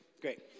Great